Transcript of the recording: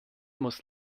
muss